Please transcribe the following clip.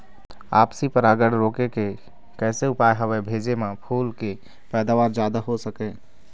आपसी परागण रोके के कैसे उपाय हवे भेजे मा फूल के पैदावार जादा हों सके?